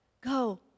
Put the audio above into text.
Go